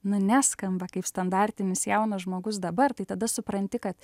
nu neskamba kaip standartinis jaunas žmogus dabar tai tada supranti kad